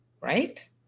right